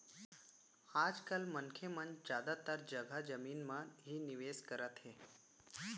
आज काल मनसे मन जादातर जघा जमीन म ही निवेस करत हे